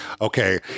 okay